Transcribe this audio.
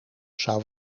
zou